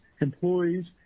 employees